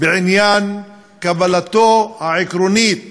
בעניין קבלתו העקרונית